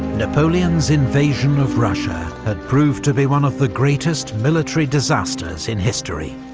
napoleon's invasion of russia had proved to be one of the greatest military disasters in history.